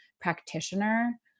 practitioner